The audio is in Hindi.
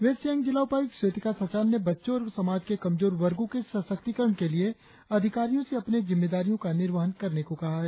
वेस्ट सियांग जिला उपायुक्त स्वेतिका सचान ने बच्चों और समाज के कमजोर वर्गो के सशक्तिकरण के लिए अधिकारियों से अपनी जिम्मेदारियों का निर्वहन करने को कहा है